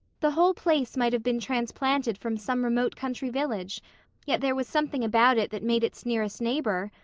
the whole place might have been transplanted from some remote country village yet there was something about it that made its nearest neighbor,